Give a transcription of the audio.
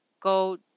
go